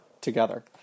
together